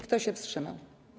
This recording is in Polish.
Kto się wstrzymał?